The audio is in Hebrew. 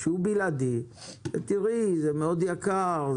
שהוא בלעדי ויאמר שזה מאוד יקר,